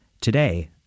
Today